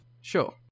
Sure